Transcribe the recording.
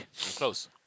close